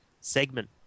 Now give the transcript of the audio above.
segment